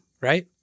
right